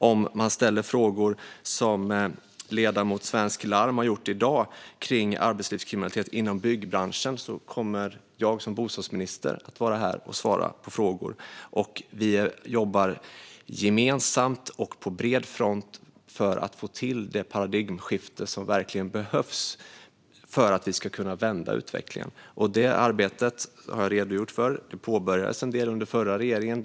Om man, som ledamoten Svensk Larm har gjort i dag, ställer frågor om arbetslivskriminalitet inom byggbranschen kommer jag som bostadsminister att vara här och svara på frågor. Vi jobbar gemensamt och på bred front för att få till det paradigmskifte som verkligen behövs för att utvecklingen ska kunna vändas. Detta arbete har jag redogjort för. En del påbörjades under den förra regeringen.